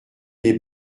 les